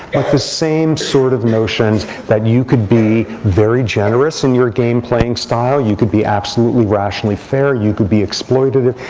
the same sort of notions that you could be very generous in your game playing style. you could be absolutely rationally fair. you could be exploited,